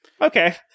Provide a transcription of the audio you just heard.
Okay